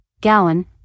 Gowan